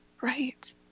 Right